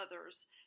others